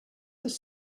his